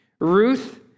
Ruth